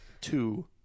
two